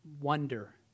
wonder